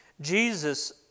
Jesus